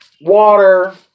Water